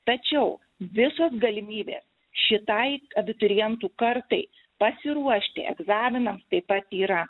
tačiau visos galimybės šitai abiturientų kartai pasiruošti egzaminams taip pat yra